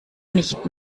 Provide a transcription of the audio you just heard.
nicht